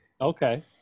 Okay